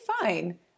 fine